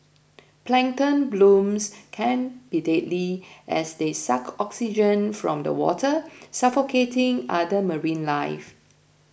plankton blooms can be deadly as they suck oxygen from the water suffocating other marine life